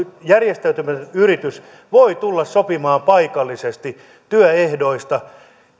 yritys voi tulla sopimaan paikallisesti työehdoista